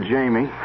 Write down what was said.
Jamie